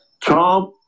Trump